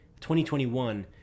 2021